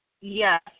Yes